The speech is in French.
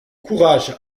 courage